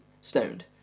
stoned